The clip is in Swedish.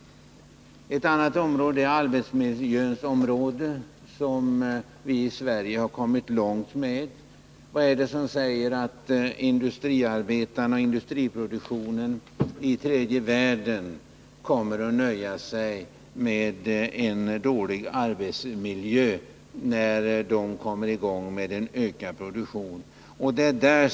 Ett annat område, där vi i Sverige har kommit långt, är arbetsmiljöns område. Vad är det som säger att industriarbetarna i tredje världen kommer att nöja sig med en dålig arbetsmiljö, när en ökad produktion där kommit i gång?